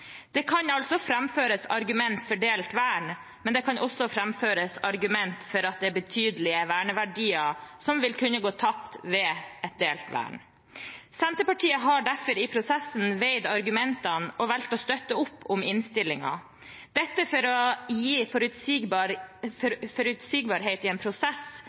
Det kan altså framføres argumenter for delt vern, men det kan også fremføres argumenter for at det er betydelige verneverdier som vil kunne gå tapt ved et delt vern. Senterpartiet har derfor i prosessen veid argumentene og valgt å støtte opp om innstillingen – dette for å gi forutsigbarhet i en prosess